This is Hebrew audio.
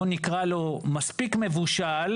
בואו נקרא לו מספיק מבושל,